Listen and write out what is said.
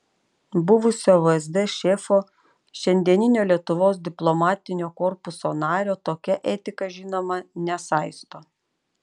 buvusio vsd šefo šiandieninio lietuvos diplomatinio korpuso nario tokia etika žinoma nesaisto